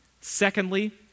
Secondly